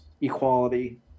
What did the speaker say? equality